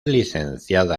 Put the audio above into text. licenciada